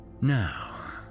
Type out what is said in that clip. Now